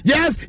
Yes